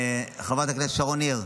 חברת הכנסת שרון ניר,